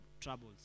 troubles